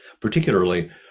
particularly